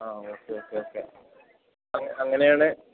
ആ okay okay okay